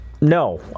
No